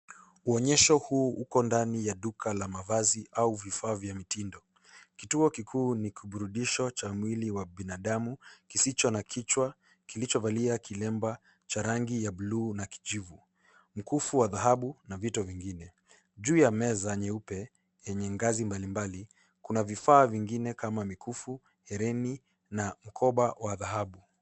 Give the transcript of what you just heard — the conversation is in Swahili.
Uonyesha huu uko ndani ya duka la mavazi au vifaa vya mitindo. Kituo kikuu ni kiburudisho cha mwili wa binadamu kisicho na kichwa kilichovalia kilemba cha rangi ya bluu na kijivu, mkufu wa dhahabu na vitu vingine. Juu ya meza nyeupe yenye ngazi mbalimbali kuna vifaa vingine kama mikufu, hereni na mkoba wa dhahabu.